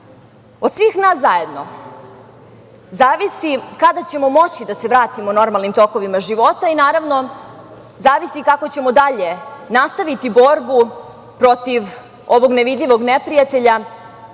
svih nas zajedno zavisi kada ćemo moći da se vratimo normalnim tokovima života i, naravno, zavisi kako ćemo dalje nastaviti borbu protiv ovog nevidljivog neprijatelja,